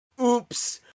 Oops